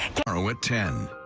tomorrow at ten.